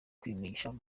kwishimisha